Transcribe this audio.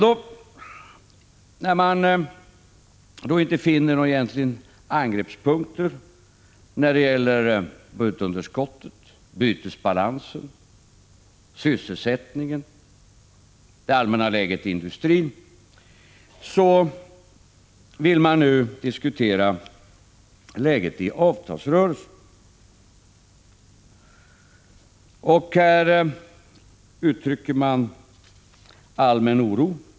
Då man egentligen inte finner några angreppspunkter när det gäller budgetunderskottet, bytesbalansen, sysselsättningen, det allmänna läget i industrin, så vill man nu diskutera läget i avtalsrörelsen. Här uttrycker man allmän oro.